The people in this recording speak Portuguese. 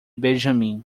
benjamin